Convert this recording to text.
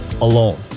alone